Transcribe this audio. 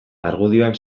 argudioak